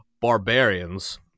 barbarians